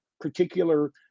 particular